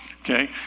Okay